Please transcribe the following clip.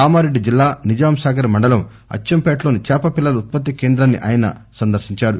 కామారెడ్డి జిల్లా నిజాం సాగర్ మండలం అచ్చంపేట లోని చేప పిల్లల ఉత్పత్తి కేంద్రాన్ని ఆయన సందర్రించారు